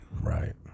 right